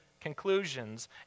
conclusions